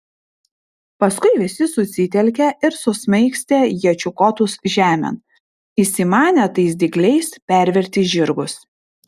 paskui visi susitelkė ir susmaigstė iečių kotus žemėn įsimanę tais dygliais perverti žirgus